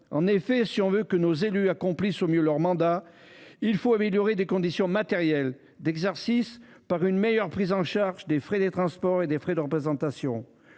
En effet, si l’on veut que nos élus accomplissent au mieux leur mission, il convient d’améliorer les conditions matérielles d’exercice par une meilleure prise en charge des frais de transport et des frais de représentation.